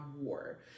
War